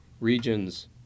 regions